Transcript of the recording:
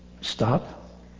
stop